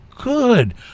good